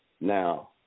Now